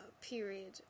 period